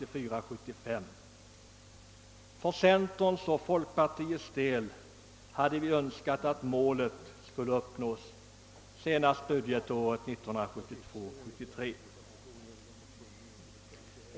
Inom centern och folkpartiet hade vi önskat att målet skulle uppnås senast budgetåret 1972/ 73.